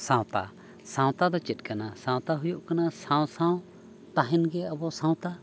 ᱥᱟᱶᱛᱟ ᱥᱟᱶᱛᱟ ᱫᱚ ᱪᱮᱫ ᱠᱟᱱᱟ ᱥᱟᱶᱛᱟ ᱦᱩᱭᱩᱜ ᱠᱟᱱᱟ ᱥᱟᱶ ᱥᱟᱶ ᱛᱟᱦᱮᱱ ᱜᱮ ᱟᱵᱚ ᱥᱟᱶᱛᱟ